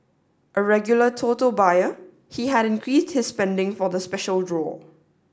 a regular Toto buyer he had increased his spending for the special draw